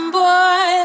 boy